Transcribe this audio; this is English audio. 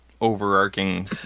overarching